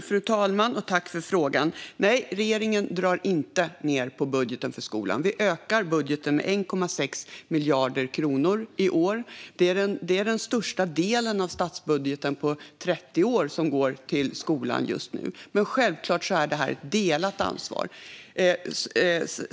Fru talman! Jag tackar ledamoten för frågan. Nej, regeringen drar inte ned på budgeten för skolan. Vi ökar budgeten med 1,6 miljarder kronor i år. Den del av statsbudgeten som går till skolan just nu är den största på 30 år. Detta är dock självklart ett delat ansvar.